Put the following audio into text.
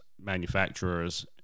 manufacturers